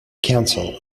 counsel